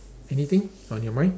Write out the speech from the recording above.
anything on your mind